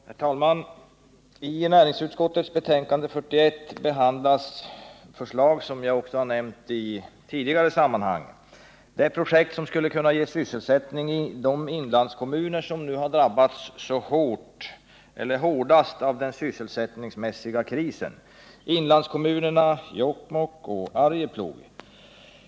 Herr talman! I näringsutskottets betänkande nr 41 behandlas de förslag som jag har nämnt i föregående sammanhang. Det gäller projekt som skulle kunna ge sysselsättning i de inlandskommuner som drabbats hårdast av den sysselsättningsmässiga krisen, nämligen Jokkmokk och Arjeplog.